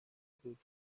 بود